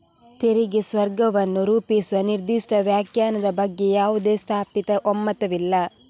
ತೆರಿಗೆ ಸ್ವರ್ಗವನ್ನು ರೂಪಿಸುವ ನಿರ್ದಿಷ್ಟ ವ್ಯಾಖ್ಯಾನದ ಬಗ್ಗೆ ಯಾವುದೇ ಸ್ಥಾಪಿತ ಒಮ್ಮತವಿಲ್ಲ